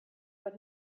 but